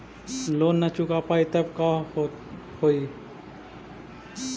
Loan न चुका पाई तब का होई?